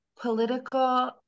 political